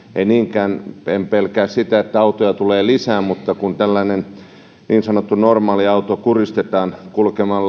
niinkään en pelkää sitä että autoja tulee lisää mutta kun tällainen niin sanottu normaaliauto kuristetaan kulkemaan